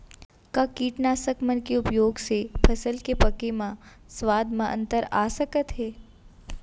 का कीटनाशक मन के उपयोग से फसल के पके म स्वाद म अंतर आप सकत हे?